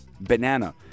Banana